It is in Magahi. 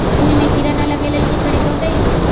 फूल में किरा ना लगे ओ लेल कि करे के होतई?